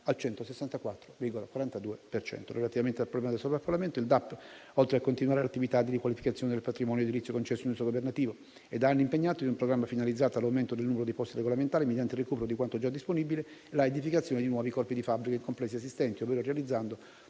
al 164,42 per cento. Relativamente al problema del sovraffollamento, il DAP, oltre a continuare l'attività di riqualificazione del patrimonio edilizio concesso in uso governativo, è da anni impegnato in un programma finalizzato all'aumento del numero dei posti regolamentari mediante il recupero di quanto già disponibile e l'edificazione di nuovi corpi di fabbrica in complessi esistenti, ovvero realizzando